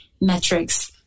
metrics